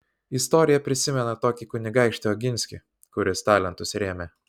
istorija prisimena tokį kunigaikštį oginskį kuris talentus rėmė